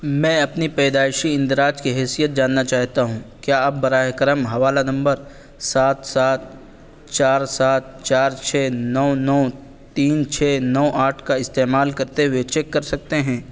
میں اپنی پیدائشی اندراج کی حیثیت جاننا چاہتا ہوں کیا آپ براہ کرم حوالہ نمبر سات سات چار سات چار چھ نو نو تین چھ نو آٹھ کا استعمال کرتے ہوئے چیک کر سکتے ہیں